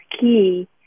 key